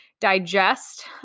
digest